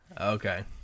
Okay